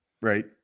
right